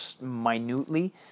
minutely